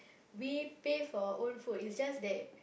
we pay for our own food it's just that